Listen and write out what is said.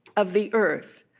of the earth,